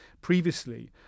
previously